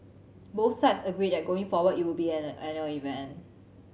both sides agreed that going forward it would be an annual event